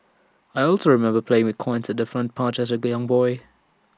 I also remember playing with coins at the front porch as A young boy